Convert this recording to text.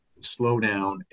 slowdown